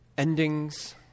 Endings